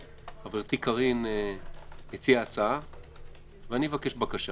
חברתי קארין הציעה הצעה ואני מבקש בקשה